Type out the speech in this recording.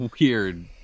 Weird